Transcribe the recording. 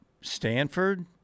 Stanford